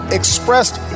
expressed